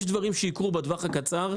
יש דברים שיקרו בטווח הקצר,